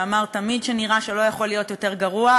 שאמר: תמיד כשנראה שלא יכול להיות יותר גרוע,